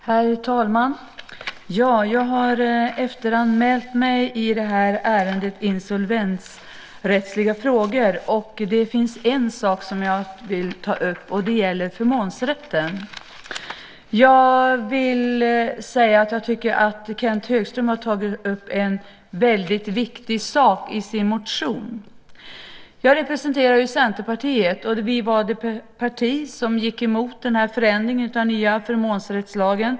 Herr talman! Jag har efteranmält mig i ärendet om insolvensrättsliga frågor. Det finns en sak som jag vill ta upp, och det är förmånsrätten. Jag tycker att Kenth Högström har tagit upp en viktig sak i sin motion. Jag representerar Centerpartiet. Vi var det parti som gick emot förändringen av den nya förmånsrättslagen.